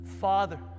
Father